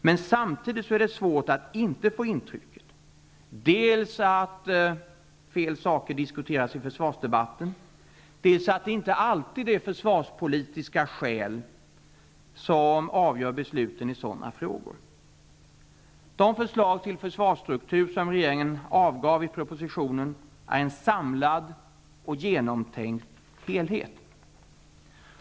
Men samtidigt är det svårt att inte få intrycket dels att fel saker diskuteras i försvarsdebatten, dels att det inte alltid är försvarspolitiska skäl som avgör besluten i sådana frågor. De förslag till försvarsstruktur som regeringen avgav i propositionen är en samlad och genomtänkt helhet.